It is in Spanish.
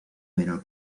menor